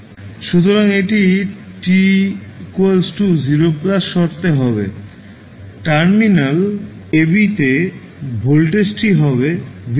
সুতরাং এটি t 0 শর্তে হবে টার্মিনাল ab তে ভোল্টেজটি হবে v naught